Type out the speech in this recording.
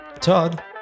Todd